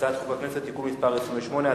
הצעת חוק הכנסת (תיקון מס' 28),